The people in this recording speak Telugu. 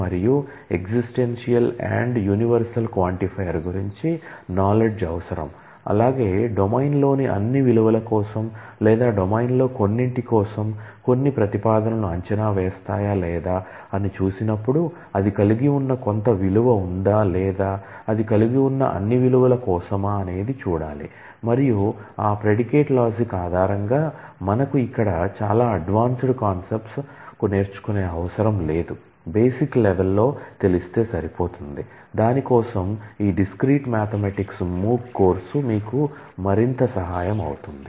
మనకు ఇక్కడ ప్రెడికేట్ లాజిక్ MOOC కోర్సు మీకు మరింత సహాయం అవుతుంది